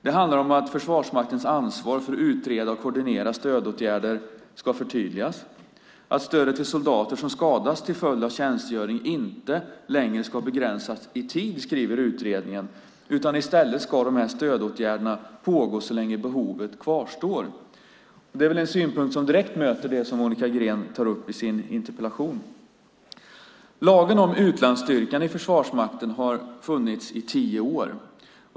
Det handlar om att Försvarsmaktens ansvar för att utreda och koordinera stödåtgärder ska förtydligas och att stödet till soldater som skadas till följd av tjänstgöring inte längre ska begränsas i tid, skriver utredningen. I stället ska dessa stödåtgärder pågå så länge behovet kvarstår. Det är väl en synpunkt som direkt möter det som Monica Green tar upp i sin interpellation. Lagen om utlandsstyrkan i Försvarsmakten har funnits i tio år.